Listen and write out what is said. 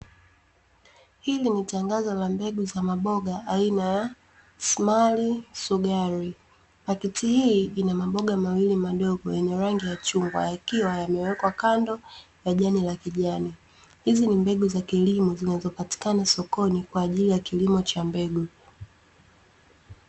Hili ni tanazo la mbegu za maboga aina ya SMALL SUGARI, pakiti hii ina maboga mawili madogo yenye rangi ya chungwa yakiwa yamewekwa kando ya jani la kijani, hizi ni mbegu za kilimo zinazopatikana sokoni kwa ajili ya kilimo cha mbegu.